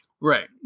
Right